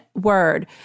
word